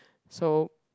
so